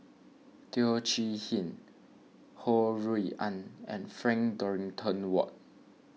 Teo Chee Hean Ho Rui An and Frank Dorrington Ward